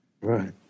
Right